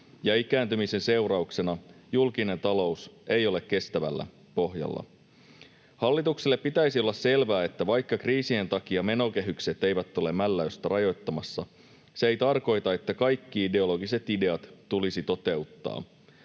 ja ikääntymisen seurauksena julkinen talous ei ole kestävällä pohjalla. Hallitukselle pitäisi olla selvää, että vaikka kriisien takia menokehykset eivät ole mälläystä rajoittamassa, se ei tarkoita, että kaikki ideologiset ideat tulisi toteuttaa.